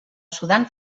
sudan